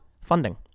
funding